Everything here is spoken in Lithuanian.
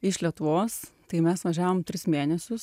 iš lietuvos tai mes važiavom tris mėnesius